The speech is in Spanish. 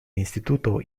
instituto